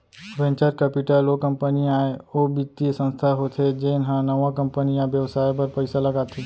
venture capital ओ company या ओ बित्तीय संस्था होथे जेन ह नवा कंपनी या बेवसाय बर पइसा लगाथे